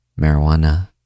marijuana